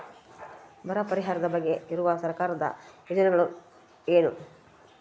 ಬರ ಪರಿಹಾರದ ಬಗ್ಗೆ ಇರುವ ಸರ್ಕಾರದ ಯೋಜನೆಗಳು ಏನು?